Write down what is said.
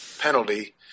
penalty